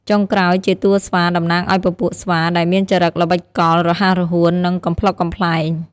ចុងក្រោយជា តួស្វា តំណាងឲ្យពពួកស្វា ដែលមានចរិតល្បិចកល រហ័សរហួន និងកំប្លុកកំប្លែង។